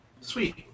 Sweet